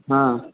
हाँ